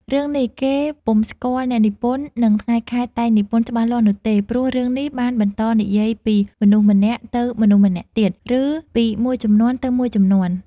រឿងនេះ គេពុំស្គាល់អ្នកនិពន្ធ និងថ្ងៃខែតែងនិពន្ធច្បាស់លាស់នោះទេ ព្រោះរឿងនេះបានបន្តនិយាយពីមនុស្សម្នាក់ទៅមនុស្សម្នាក់ទៀត ឬពីមួយជំនាន់ទៅមួយជំនាន់។